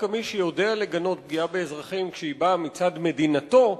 ודווקא מי שיודע לגנות פגיעה באזרחים כשהיא באה מצד מדינתו,